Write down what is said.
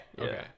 Okay